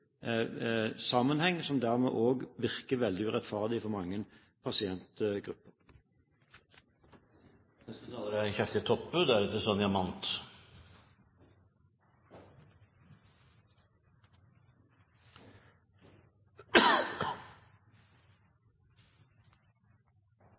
sammenheng, som dermed også virker veldig urettferdig for mange